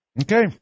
Okay